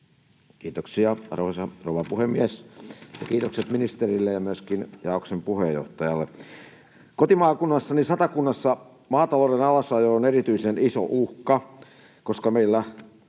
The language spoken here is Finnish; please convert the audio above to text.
Kiitoksia, arvoisa rouva puhemies! Kiitokset ministerille ja myöskin jaoksen puheenjohtajalle. Kotimaakunnassani Satakunnassa maatalouden alasajo on erityisen iso uhka, koska meillä